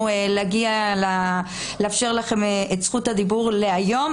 להגיע לאפשר לכם את זכות הדיבור להיום,